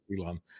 Elon